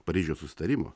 paryžiaus susitarimo